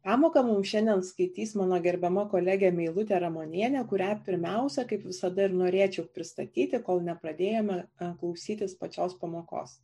pamoką mum šiandien skaitys mano gerbiama kolegė meilutė ramonienė kurią pirmiausia kaip visada ir norėčiau pristatyti kol nepradėjome klausytis pačios pamokos